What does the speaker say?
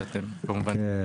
שאתם כמובן --- כן,